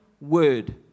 word